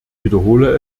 wiederhole